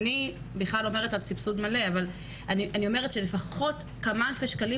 אני בכלל עובדת על סבסוד מלא אבל לפחות כמה אלפי שקלים